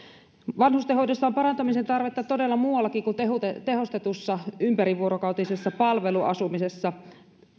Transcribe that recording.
vanhustenhoidossa on parantamisen tarvetta todella muuallakin kuin tehostetussa ympärivuorokautisessa palveluasumisessa